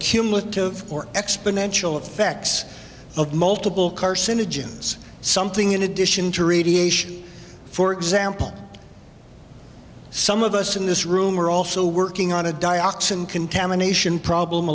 cumulative or exponential effects of multiple carcinogens something in addition to radiation for example some of us in this room are also working on a dioxin contamination problem